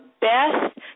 best